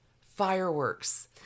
Fireworks